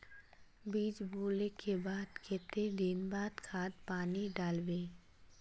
बीज बोले के बाद केते दिन बाद खाद पानी दाल वे?